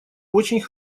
очень